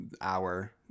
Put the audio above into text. hour